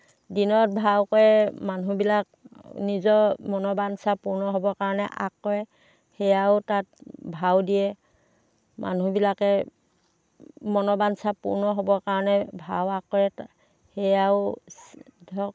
দিনত ভাও কৰে মানুহবিলাক নিজৰ মনোবাঞ্ছা পূৰ্ণ হ'ব কাৰণে আগ কৰে সেইয়াও তাত ভাও দিয়ে মানুহবিলাকে মনোবাঞ্ছা পূৰ্ণ হ'ব কাৰণে ভাও আগ কৰে তাত সেইয়াও ধৰক